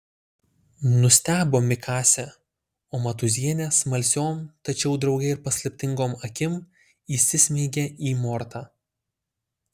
nustebo mikasė o matūzienė smalsiom tačiau drauge ir paslaptingom akim įsismeigė į mortą